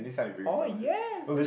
oh yes